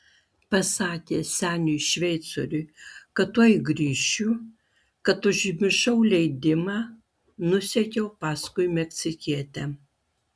pasakęs seniui šveicoriui kad tuoj grįšiu kad užmiršau leidimą nusekiau paskui meksikietę